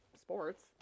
sports